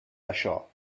això